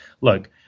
look